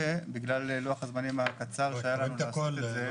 בגלל לוח הזמנים הקצר שהיה לנו לעשות את זה.